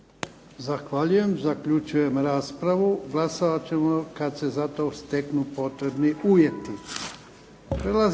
Zahvaljujem. Zaključujem raspravu. Glasovat ćemo kad se za to steknu potrebni uvjeti.